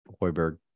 Hoiberg